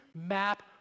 map